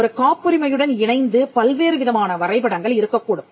ஒரு காப்புரிமையுடன் இணைந்து பல்வேறு விதமான வரைபடங்கள் இருக்கக்கூடும்